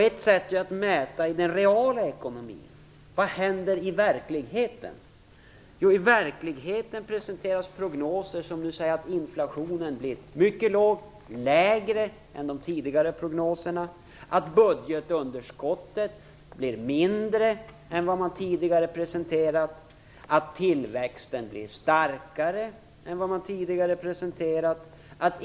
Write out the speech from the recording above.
Ett sätt är att mäta den reala ekonomin. Vad händer i verkligheten? Jo, i verkligheten presenteras prognoser som säger att inflationen blir mycket låg, lägre än de tidigare prognoserna angav. Budgetunderskottet blir mindre än vad man tidigare har presenterat. Tillväxten blir starkare.